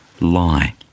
lie